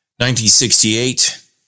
1968